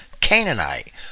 Canaanite